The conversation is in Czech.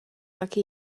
taky